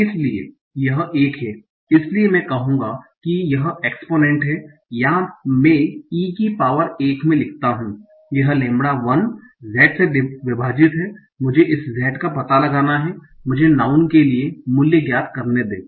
इसलिए यह 1 है इसलिए मैं कहूंगा कि यह एक्सपोनेन्ट है या मैं e की पावर 1 में लिखता हु यह लैम्ब्डा 1 z से विभाजित है मुझे इस Z का पता लगाना है मुझे नाऊँन के लिए मूल्य ज्ञात करने दें